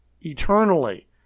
eternally